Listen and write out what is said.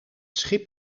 schip